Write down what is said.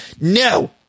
No